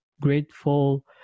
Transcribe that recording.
grateful